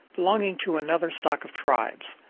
belonging to another stock of tribes.